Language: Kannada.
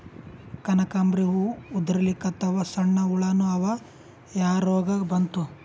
ಕನಕಾಂಬ್ರಿ ಹೂ ಉದ್ರಲಿಕತ್ತಾವ, ಸಣ್ಣ ಹುಳಾನೂ ಅವಾ, ಯಾ ರೋಗಾ ಬಂತು?